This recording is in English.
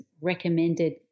recommended